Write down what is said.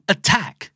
Attack